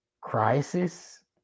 crisis